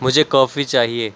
مجھے کوفی چاہیے